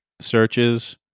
searches